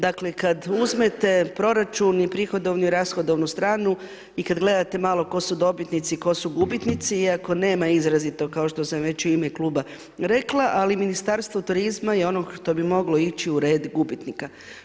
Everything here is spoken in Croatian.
Dakle, kad uzmete proračun i prihodovnu i rashodovnu stranu, i kad gledate malo tko su dobitnici, tko su gubitnici, iako nema izrazito, kao što sam već i u ime Kluba rekla, ali Ministarstvo turizma je ono što bi moglo ići u red gubitnika.